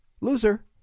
Loser